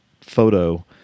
photo